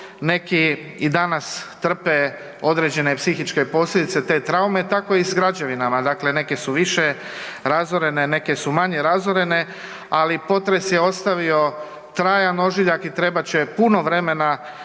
neki i danas trpe određene psihičke posljedice te traume, tako i sa građevinama, dakle neke su više razorene, neke su manje razorene ali potres je ostavio trajan ožiljak i trebat će puno vremena